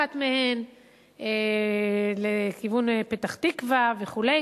אחת מהן לכיוון פתח-תקווה וכו',